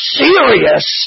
serious